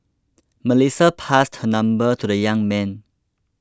Melissa passed her number to the young man